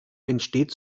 entsteht